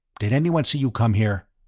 did anyone see you come here?